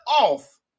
off